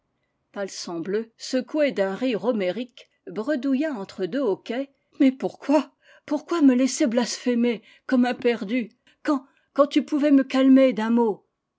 palsambleu secoué d'un rire homérique bredouilla entre deux hoquets mais pourquoi pourquoi me laisser blasphémer comme un perdu quand quand tu pouvais me calmer d'un mot